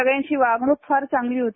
सगळ्यांची वागणूक फार चांगली होती